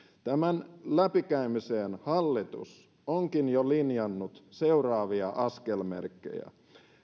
tämän läpikäymiseen hallitus onkin jo linjannut seuraavia askelmerkkejä